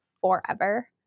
forever